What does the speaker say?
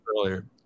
earlier